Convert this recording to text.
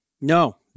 No